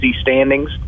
standings